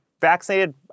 vaccinated